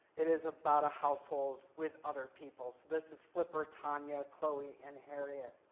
it is about a household with other people. so this is flipper, tanya, chloe, and harriet.